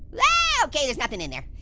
yeah okey there's nothing in there.